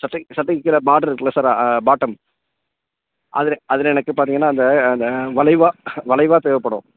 சட்டைக்கு சட்டைக்கு கீழே பார்டர் இருக்குதுல்ல சார் பாட்டம் அதில் அதில் எனக்கு பார்த்தீங்கன்னா அந்த அந்த வளைவாக வளைவாக தேவைப்படும்